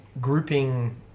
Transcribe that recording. grouping